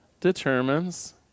determines